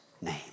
name